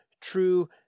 true